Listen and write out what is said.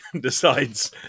decides